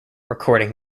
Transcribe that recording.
recording